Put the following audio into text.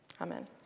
Amen